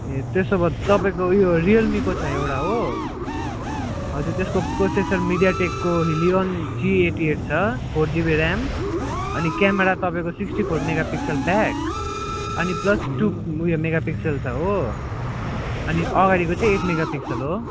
ए त्यसो भए तपाईँको उयो रियलमीको छ एउटा हो हजुर त्यसको प्रोसेसर मिडियाटेकको हिलियोन जी एट्टी एट छ फोर जिबी ऱ्याम अनि क्यामरा तपाईँको sixty four megapixel back अनि प्लस टु उयो मेगा पिक्सल छ हो अनि अगाडिको चाहिँ एट मेगा पिक्सल हो